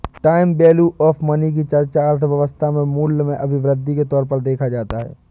time value of money की चर्चा अर्थव्यवस्था में मूल्य के अभिवृद्धि के तौर पर देखा जाता है